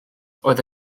oedd